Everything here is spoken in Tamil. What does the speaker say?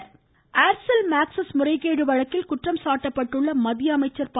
உச்சநீதிமன்றம் ஏர்செல் மேக்ஸிஸ் முறைகேடு வழக்கில் குற்றம் சாட்டப்பட்டுள்ள மத்திய அமைச்சர் ப